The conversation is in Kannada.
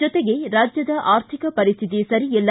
ಜೊತೆಗೆ ರಾಜ್ಯದ ಆರ್ಥಿಕ ಪರಿಸ್ಥಿತಿ ಸರಿ ಇಲ್ಲ